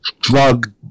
drug